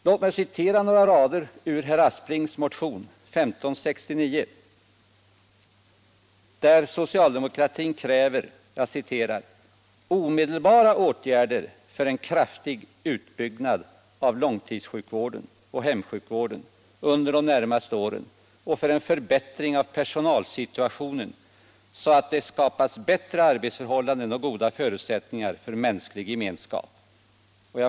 Låt mig citera några rader ur herr Asplings m.fl. motion 1569, där det framhålls att socialdemokratin kräver ”omedelbara åtgärder för en kraftig utbyggnad av långtidssjukvården och hemsjukvården under de närmaste åren och för en förbättring av personalsituationen, så att det skapas bättre arbetsförhållanden och goda förutsättningar för mänsklig gemenskap”.